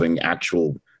actual